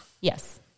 Yes